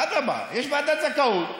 אדרבה, יש ועדת זכאות.